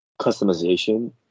customization